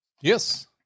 Yes